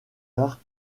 gare